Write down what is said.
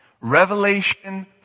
Revelation